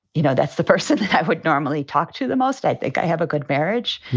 you know, that's the person that i would normally talk to the most. i think i have a good marriage.